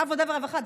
עבודה ורווחה,